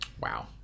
Wow